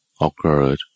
occurred